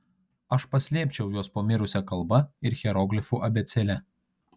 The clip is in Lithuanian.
aš paslėpčiau juos po mirusia kalba ir hieroglifų abėcėle